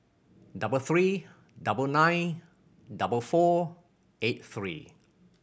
double three double nine double four eight three